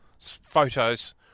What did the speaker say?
photos